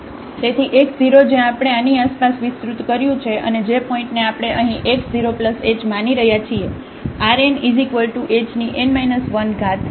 તેથી x 0 જ્યાં આપણે આની આસપાસ વિસ્તૃત કર્યું છે અને જે પોઇન્ટને આપણે અહીં x 0 h માની રહ્યા છીએ